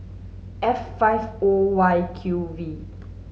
F five O Y Q V